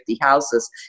houses